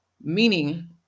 Meaning